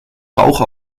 rauch